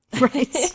right